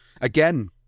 again